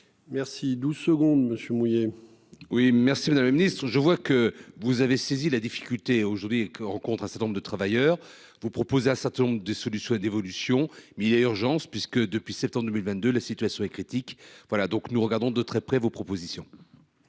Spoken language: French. Merci. 12 secondes monsieur mouillé. Oui merci Madame la Ministre je vois que vous avez saisies. La difficulté aujourd'hui et que un certain nombre de travailleurs vous proposer un certain nombre de solutions et d'évolution mais il y a urgence puisque depuis septembre 2022, la situation est critique. Voilà donc nous regardons de très près vos propositions.